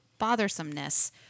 bothersomeness